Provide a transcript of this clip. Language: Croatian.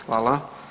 Hvala.